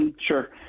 Sure